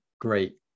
great